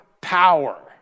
power